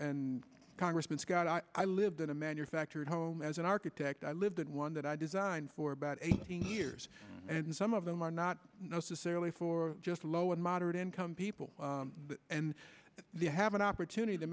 congressman scott i lived in a manufactured home as an architect i lived in one that i designed for about eighteen years and some of them are not necessarily for just low and moderate income people and they have an opportunity to